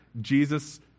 Jesus